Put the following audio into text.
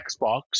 Xbox